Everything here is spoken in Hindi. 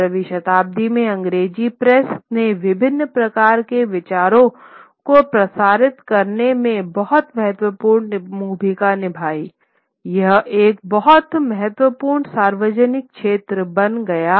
17 वें शताब्दी में अंग्रेजी प्रेस ने विभिन्न प्रकार के विचारों को प्रसारित करने में बहुत महत्वपूर्ण भूमिका निभाई यह एक बहुत महत्वपूर्ण सार्वजनिक क्षेत्र बन गया